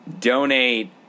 donate